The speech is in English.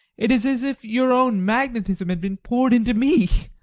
it is as if your own magnetism had been poured into me.